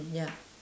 mm ya